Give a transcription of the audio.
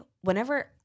whenever –